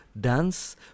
dance